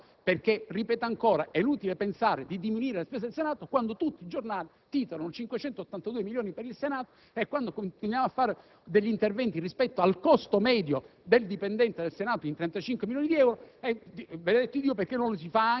un atto di responsabilità, ma un sacrificio non sono d'accordo. Ripeto ancora, è utile pensare di diminuire la spesa del Senato quando tutti i giornali titolano «582 milioni per il Senato» e quando continuiamo a realizzare interventi rispetto al costo medio